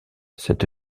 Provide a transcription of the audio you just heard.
cette